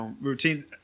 routine